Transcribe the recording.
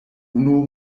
unu